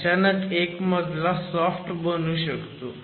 अचानक एक मजला सॉफ्ट बनू शकतो